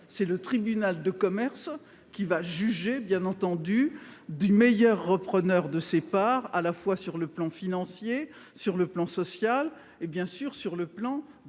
c'est le tribunal de commerce qui va juger bien entendu du meilleur repreneur de ses parts à la fois sur le plan financier, sur le plan social et bien sûr sur le plan des